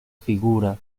figura